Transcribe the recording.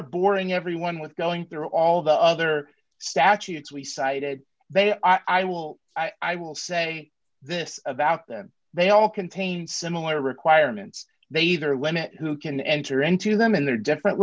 of boring everyone with going through all the other statutes we cited they are i will i will say this about them they all contain similar requirements they either limit who can enter into them in their different